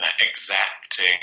exacting